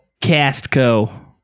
castco